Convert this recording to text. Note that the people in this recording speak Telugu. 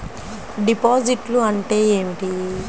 డిపాజిట్లు అంటే ఏమిటి?